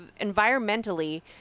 environmentally